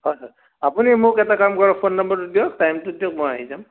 হয় হয় আপুনি মোক এটা কাম কৰক ফোন নম্বৰটো দিয়ক টাইমটো দিয়ক মই আহি যাম